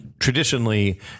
Traditionally